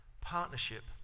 partnership